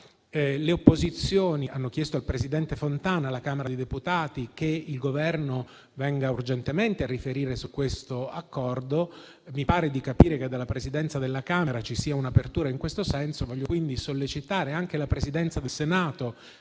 Le opposizioni hanno chiesto al presidente Fontana alla Camera dei deputati che il Governo venga urgentemente a riferire su questo accordo. Mi pare di capire che dalla Presidenza della Camera ci sia un’apertura in questo senso. Voglio quindi sollecitare anche la Presidenza del Senato